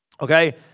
Okay